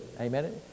Amen